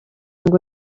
ngo